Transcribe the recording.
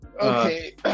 Okay